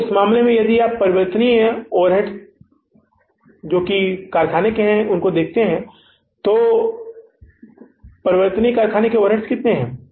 तो इस मामले में यदि आप इन परिवर्तनीय कारखाने को ओवरहेड्स लेते हैं तो परिवर्तनीय कारखाने के ओवरहेड्स कितना है